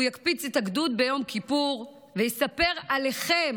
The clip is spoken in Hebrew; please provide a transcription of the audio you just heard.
והוא יקפיץ את הגדוד ביום כיפור ויספר עליכם",